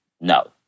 no